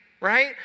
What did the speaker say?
Right